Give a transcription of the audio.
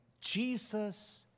Jesus